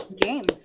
Games